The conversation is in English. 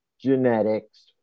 genetics